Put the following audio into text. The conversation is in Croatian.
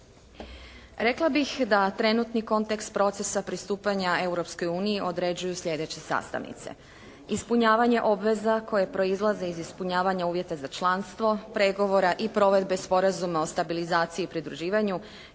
Rekla bih da trenutni kontekst proces pristupanja Europskoj uniji određuju sljedeće sastavnice. Ispunjavanje obveza koje proizlaze iz ispunjavanja uvjeta za članstvo, pregovora i provedbe Sporazuma o stabilizaciji i pridruživanju,